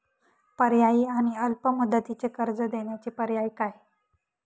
पर्यायी आणि अल्प मुदतीचे कर्ज देण्याचे पर्याय काय?